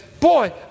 boy